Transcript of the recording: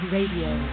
Radio